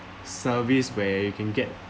service where you can get